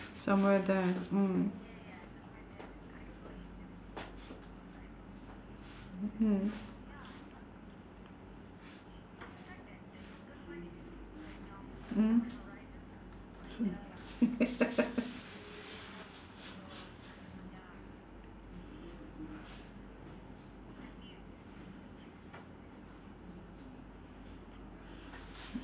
somewhere there mm mm mmhmm